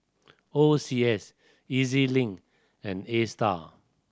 O C S E Z Link and Astar